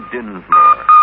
Dinsmore